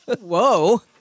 Whoa